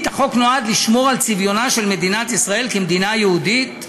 החוק נועד לשמור על צביונה של מדינת ישראל כמדינה יהודית"